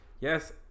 yes